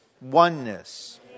oneness